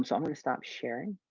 um so i'm going to stop sharing